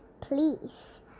please